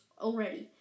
already